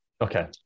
Okay